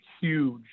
huge